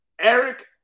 Eric